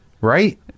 Right